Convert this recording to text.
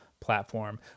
platform